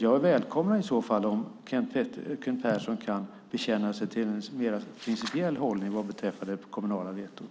Jag välkomnar om Kent Persson kan bekänna sig till en mer principiell hållning vad beträffar det kommunala vetot.